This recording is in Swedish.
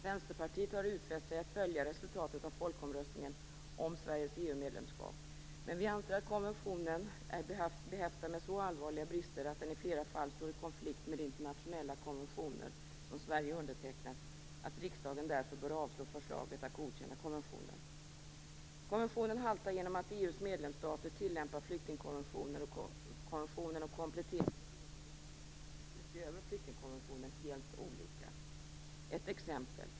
Vänsterpartiet har utfäst sig att följa resultatet av folkomröstningen om Sveriges EU-medlemskap, men vi anser att konventionen är behäftad med så allvarliga brister att den i flera fall står i konflikt med internationella konventioner som Sverige undertecknat. Riksdagen bör därför avslå förslaget att godkänna konventionen. Konventionen haltar genom att EU:s medlemsstater tillämpar flyktingkonventionen och kompletterande regler om skydd utöver flyktingkonventionen helt olika. Låt mig ge ett exempel.